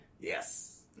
Yes